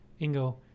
Ingo